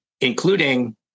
including